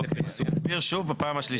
אוקיי, אני אסביר שוב בפעם השלישית.